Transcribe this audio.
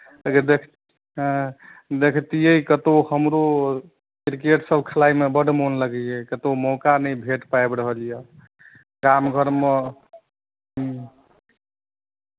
अगर देख हँ देखतियै कतहु हमरो क्रिकेटसभ खेलायमे बड्ड मोन लगैए कतहु मौका नहि भेट पाबि रहल यए गाम घरमे हँ